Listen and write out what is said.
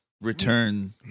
return